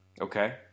Okay